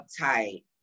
uptight